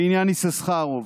בעניין יששכרוב.